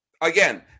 Again